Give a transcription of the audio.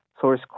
source